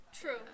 True